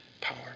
power